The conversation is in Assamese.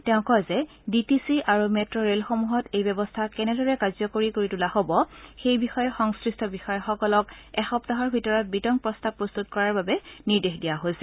তেওঁ কয় যে ডি টি চি আৰু মেট্' ৰে'লসমূহত এই ব্যৱস্থা কেনেদৰে কাৰ্যকৰী কৰি তোলা হ'ব সেইবিষয়ে সংশ্লিষ্ট বিষয়াসকলক এসপ্তাহৰ ভিতৰত বিতং প্ৰস্তাৱ প্ৰস্তুত কৰাৰ বাবে নিৰ্দেশ দিয়া হৈছে